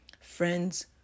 friends